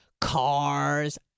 cars